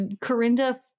Corinda